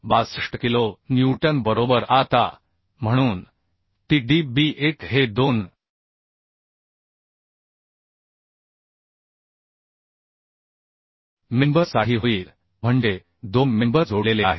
62 kilo newton बरोबर आता म्हणून t d b 1 हे 2 मेंबर साठी होईल म्हणजे 2 मेंबर जोडलेले आहेत